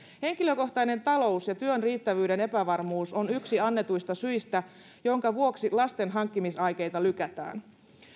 henkilökohtainen talous ja työn riittävyyden epävarmuus on yksi annetuista syistä jonka vuoksi lastenhankkimisaikeita lykätään